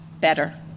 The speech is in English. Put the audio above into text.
better